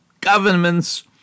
governments